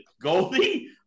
Goldie